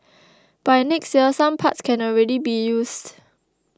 by next year some parts can already be used